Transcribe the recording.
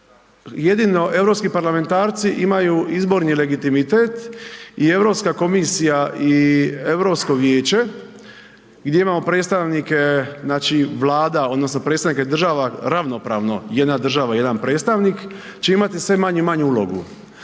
jedino europski parlamentarci imaju izborni legitimitet i EU komisija i EU vijeće gdje imamo predstavnike znači Vlada odnosno predstavnike država ravnopravno, jedna država jedan predstavnik će imati sve manju i manju ulogu.